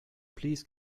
please